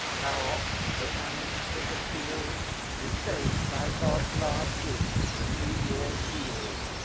how oft the famine-stricken field is saved by god's large gift, the new year's yield!